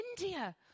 India